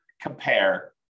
compare